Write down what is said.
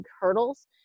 hurdles